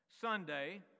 Sunday